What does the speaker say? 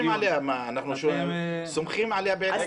אנחנו סומכים עליה באלף אחוז.